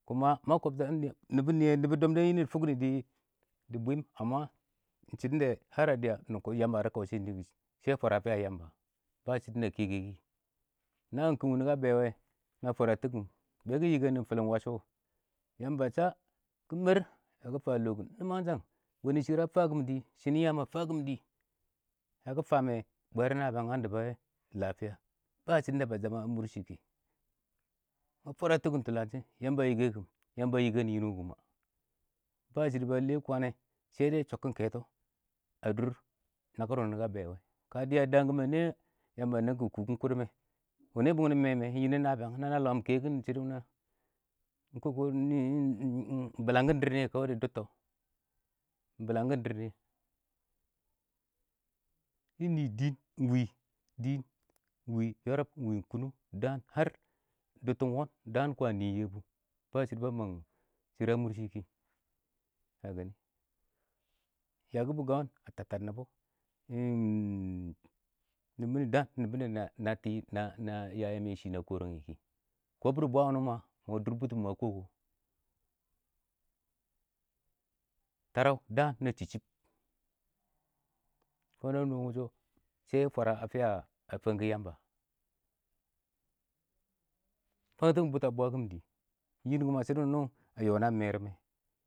﻿kuma ma kɔbta nɪyɛ, nɪbɔn da dɪ dɔm yɛ nɪn nɪ, ɪng shɪ dɪ fʊk nɪ dɪ bwɪɪm dɪya ɪng Yamba dɪ kaushɛ nɪ, shɛ fwara a fɪya Yamba, ba shɪdɔ na kɛkɛ wɪ kɪ, kɪm wʊnɔ ka bɛ wɛ, na fwaratɪkɪm, bɛ kɪ ɪng yikə nɪ ɪng fɪlɪn wash wɔ, Yamba a sha kɪ mɛr, yakɪ fa lɔ kɪm nɪmangshang, wɛnɪ shɪrr a fakɪm dɪ,shɪnɪn yaam a fakɪm dɪ, yakɪ fa mɛ bwɛr ka dʊbɛ wɛ lafɪya, ba shɪdɔn da ba shama a mʊrshɪ kɪ.Ma fwaratɪkm tʊlanshɛ ka yike nɪ yɪndʊ kʊma, shɛ dɛ chɔbkɪ n kɛtɔ a dʊr nakɪr wʊnɪ ka bɛ wɛ, ka dɪya daam kimə ɪng nɛ a?, Yamba a nɛbkɪn kʊkʊn kɔdɔmɛ, wʊnɪ bʊng nɪ mɛ mɛ, yɪn nɪ nabɪyang na na lwam kɛkɪn shɪdɔ wʊnɪ a? nɪ ehh bɪlangkɪn dɪrr nɪyɛ, dɪ dɔttɔ ɪng bɪlangkɪn dɪrr nɪyɛ. Dɪ nɪ dɪɪn,ɪng wɪ yɔrɔ, ɪng wɪ kʊnʊng,dɪ daan bɪ dʊbtɪn wɔn daan kwaan nɪɪn Yebu. ba shɪdɔ ba mang shɪrr a mʊr shɪ kɪ, Yakʊbʊ Gawan a tab tab nɪbɔ, nɪm bɪ nɪ dɪ daan ɪng nɪbɔ na na na tɪ, na na ya yaam yɛ shɪ kɪ. na kɔrangnim kɪ. Tarau daan na shɪb shɪb, furono shɛ fwara a fɪya fankʊwɪ yamba, tɔkɪn bʊtʊ a bwakɪndɪ, yɪ kʊma shɪdɔn da a yɔ naan ayma mɛrɪ mɛ.